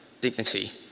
dignity